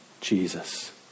Jesus